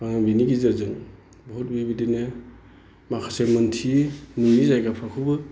बिनि गेजेरजों बहुद नुयो बिदिनो माखासे मिनथियि नुयि जायगाफोरखौबो